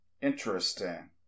interesting